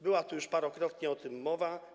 Była tu już parokrotnie o tym mowa.